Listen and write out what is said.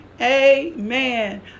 amen